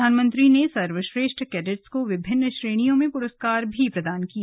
प्रधानमंत्री ने सर्वश्रेष्ठ कैडटों को विभिन्न श्रेणियों में पुरस्कार भी प्रदान किए